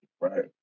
Right